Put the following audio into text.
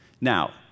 Now